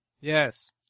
yes